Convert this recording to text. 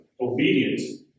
obedient